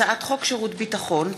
הצעת חוק שירות ביטחון (תיקון,